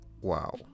Wow